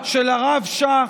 של הרב שך,